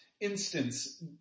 instance